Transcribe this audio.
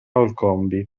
olcombi